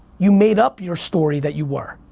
you made up your story that you were.